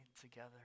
together